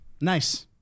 Nice